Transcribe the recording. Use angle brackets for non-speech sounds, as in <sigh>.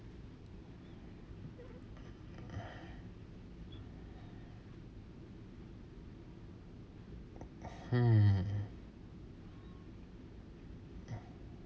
<breath> mm <breath>